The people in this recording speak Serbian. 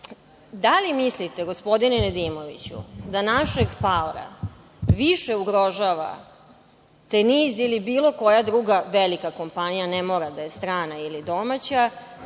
li mislite, gospodine Nedimoviću, da našeg paora više ugrožava „Tenis“ ili bilo koja druga velika kompanija, ne mora da je strana ili domaća,